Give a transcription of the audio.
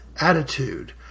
attitude